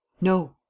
No